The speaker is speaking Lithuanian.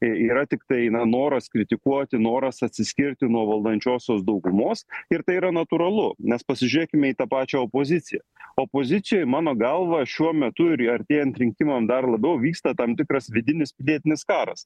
yra tiktai na noras kritikuoti noras atsiskirti nuo valdančiosios daugumos ir tai yra natūralu nes pasižiūrėkime į tą pačią opoziciją opozicijoj mano galva šiuo metu artėjant rinkimam dar labiau vyksta tam tikras vidinis pilietinis karas